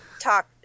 talk